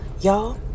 y'all